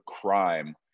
crime